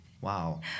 Wow